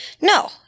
No